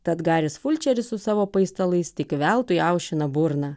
tad garis fulčeris su savo paistalais tik veltui aušina burną